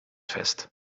fest